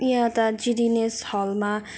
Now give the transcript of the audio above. यहाँ त जिडिएनएस हलमा